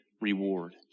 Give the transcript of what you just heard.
reward